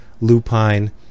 lupine